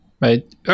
right